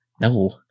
No